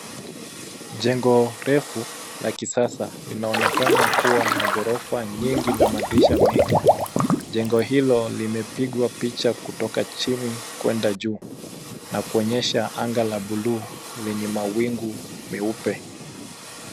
Jengo refu la kisasa linaonekana kuwa na ghorofa nyingi, na madirisha mengi. Jengo hilo limepigwa picha kutoka chini kwenda juu, na kuonyesha anga la buluu lenye mawingu meupe.